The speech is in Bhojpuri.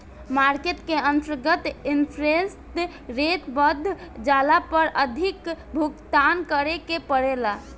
मार्केट के अंतर्गत इंटरेस्ट रेट बढ़ जाला पर अधिक भुगतान करे के पड़ेला